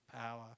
power